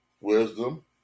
Wisdom